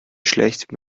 schlecht